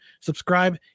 subscribe